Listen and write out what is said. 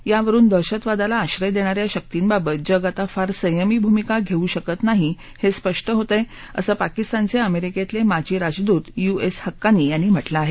यावरुन दहशतवादाला आश्रय देणा या शक्तींबाबत जग आता फार संयमी भूमिका घेऊ शकत नाही हे स्पष्ट होतंय असं पाकिस्तानचे अमेरिकेतले माजी राजदूत यू एस हक्कांनी यांनी म्हटलंय